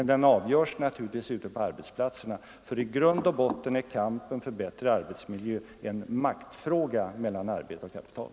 Frågorna avgörs naturligtvis ute på arbetsplatserna, för i grund och botten är kampen för bättre arbetsmiljö en maktfråga mellan arbete och kapital.